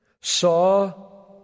saw